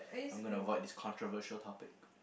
I'm gonna to void this controversial topic